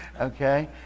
okay